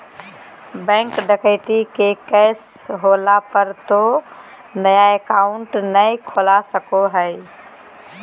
bank डकैती के case होला पर तो नया अकाउंट नय खुला सको हइ